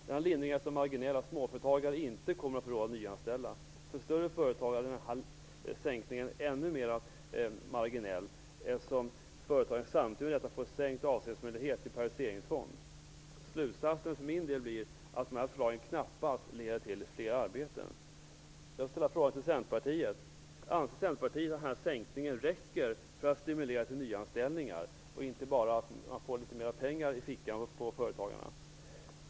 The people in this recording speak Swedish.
Denna lindring är så marginell att småföretagare inte kommer att få råd att nyanställa. För större företag är sänkningen ännu mer marginell, eftersom företagen samtidigt med detta får sänkt avsättningsmöjlighet till periodiseringsfond. Slutsatsen för min del blir att dessa förslag knappast leder till fler arbeten. Centerpartiet att denna sänkning räcker för att stimulera till nyanställningar och att det inte bara innebär litet mer pengar i fickan på företagarna?